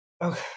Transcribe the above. Okay